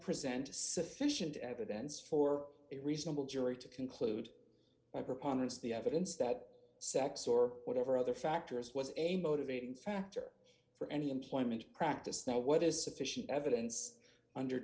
present sufficient evidence for a reasonable jury to conclude by proponents of the evidence that sex or whatever other factors was a motivating d factor for any employment practice now what is sufficient evidence under